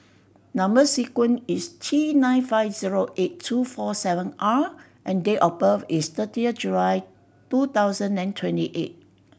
number sequence is T nine five zero eight two four seven R and date of birth is thirty of July two thousand and twenty eight